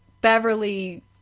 Beverly